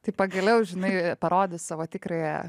tai pagaliau žinai parodys savo tikrąją